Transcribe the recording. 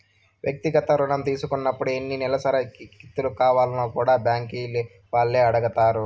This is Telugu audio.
వ్యక్తిగత రుణం తీసుకున్నపుడు ఎన్ని నెలసరి కిస్తులు కావాల్నో కూడా బ్యాంకీ వాల్లే అడగతారు